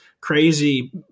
crazy